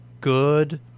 good